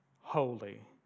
holy